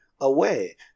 away